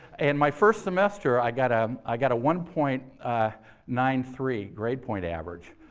and my first semester i got um i got a one point nine three grade point average,